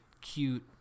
cute